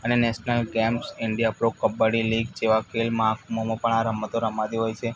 અને national games India pro kabaddi league જેવા ખેલ મહાકુંભોમાં પણ આ રમતો રમાતી હોય છે